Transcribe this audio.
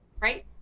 right